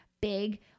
big